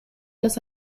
los